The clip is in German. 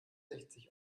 sechzig